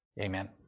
Amen